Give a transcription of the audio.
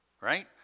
right